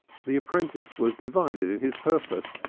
the apprentice was divided in his purpose.